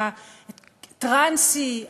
הטרנסי,